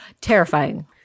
Terrifying